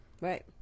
right